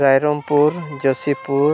Rairangpur Jasipur